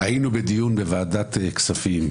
היינו בדיון בוועדת כספים.